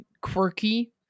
quirky